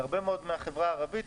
הרבה מאוד מהחברה הערבית.